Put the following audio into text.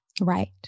Right